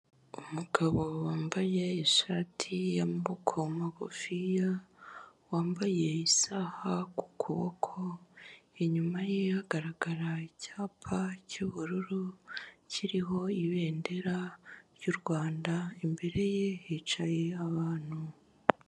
Umugabo wambaye ishati y'amaboko magufiya, wambaye isaha ku kuboko, inyuma ye hagaragara icyapa cy'ubururu kiriho ibendera ry'u Rwanda imbere ye hicaye abantu.